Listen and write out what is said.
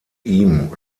ihm